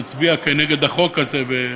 אנחנו, כמובן, נצביע נגד החוק הזה.